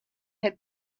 had